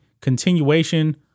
continuation